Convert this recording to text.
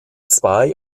zwei